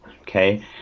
okay